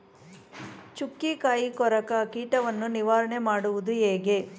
ಚುಕ್ಕಿಕಾಯಿ ಕೊರಕ ಕೀಟವನ್ನು ನಿವಾರಣೆ ಮಾಡುವುದು ಹೇಗೆ?